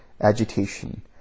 agitation